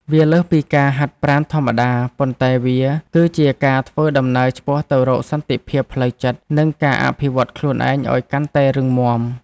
វាលើសពីការហាត់ប្រាណធម្មតា ប៉ុន្តែវាគឺជាការធ្វើដំណើរឆ្ពោះទៅរកសន្តិភាពផ្លូវចិត្ត និងការអភិវឌ្ឍខ្លួនឯងឱ្យកាន់តែរឹងមាំ។